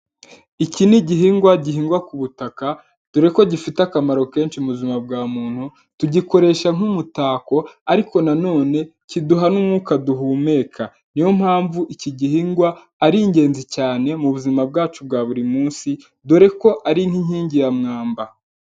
Iki ni igihingwa gihingwa ku butaka, dore ko gifite akamaro kenshi mu buzima bwa muntu, tugikoresha nk'umutako, ariko na none kiduha n'umwuka duhumeka. Ni yo mpamvu iki gihingwa ari ingenzi cyane mu buzima bwacu bwa buri munsi, dore ko ari nk'inkingi ya mwamba.